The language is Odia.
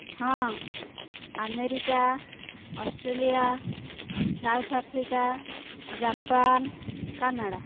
ହଁ America Australia South Africa Japan Canada